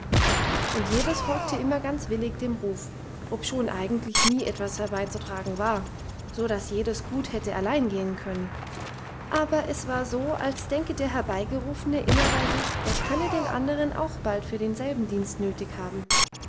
und jedes folgte immer ganz willig dem ruf obschon eigentlich nie etwas herbeizutragen war so dass jedes gut hätte allein gehen können aber es war so als denke der herbeigerufene immer bei sich er könne den anderen auch bald für denselben dienst nötig haben